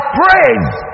praise